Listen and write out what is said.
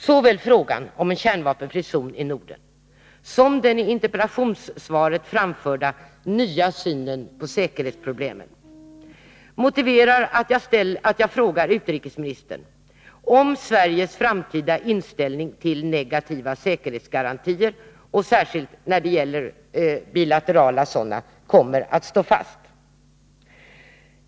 Såväl frågan om en kärnvapenfri zon i Norden som den i interpellationssvaret framförda nya synen på säkerhetsproblemen motiverar att jag frågar utrikesministern om Sveriges framtida inställning till negativa säkerhetsgarantier, särskilt bilaterala sådana.